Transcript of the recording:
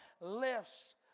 Lifts